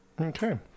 Okay